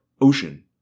ocean